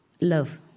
love